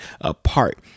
apart